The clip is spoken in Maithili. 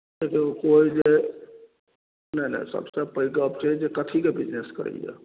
देखियौ कोइ जे नहि नहि सभसँ पैघ गप्प छै जे कथीके बिजनेस करैए